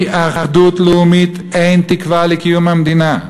אחדות לאומית אין תקווה לקיום המדינה.